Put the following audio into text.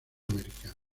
americano